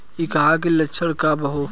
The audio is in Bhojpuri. डकहा के लक्षण का वा?